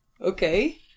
okay